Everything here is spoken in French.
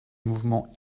mouvements